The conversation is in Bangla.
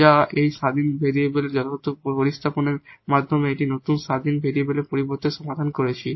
যা আমরা এই ইন্ডিপেন্ডেট ভেরিয়েবলের যথাযথ প্রতিস্থাপনের মাধ্যমে একটি নতুন ইন্ডিপেন্ডেট ভেরিয়েবলের পরিবর্তে সমাধান করেছি